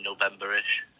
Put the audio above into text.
November-ish